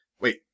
Wait